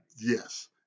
yes